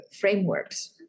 frameworks